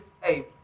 hey